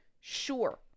Sure